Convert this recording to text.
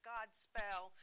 Godspell